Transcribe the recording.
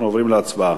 אנחנו עוברים להצבעה.